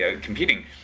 competing